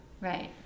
Right